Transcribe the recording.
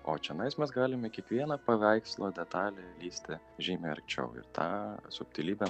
o čionais mes galime kiekvieną paveikslo detalę lįsti žymiai arčiau ir tą subtilybę